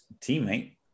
teammate